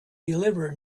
deliver